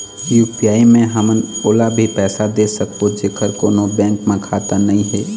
UPI मे हमन ओला भी पैसा दे सकबो जेकर कोन्हो बैंक म खाता नई हे?